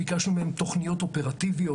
וביקשנו מהם תוכניות אופרטיביות.